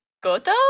goto